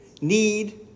need